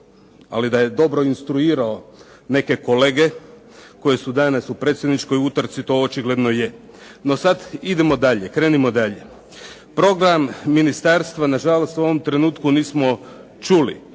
Ali da je dobro instruirao neke kolege koji su danas u predsjedničkoj utrci to očigledno je. No, sad idemo dalje, krenimo dalje. Program ministarstva nažalost u ovom trenutku nismo čuli